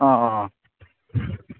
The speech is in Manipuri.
ꯑꯥ ꯑꯥ ꯑꯥ